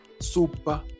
super